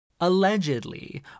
Allegedly